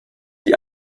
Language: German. die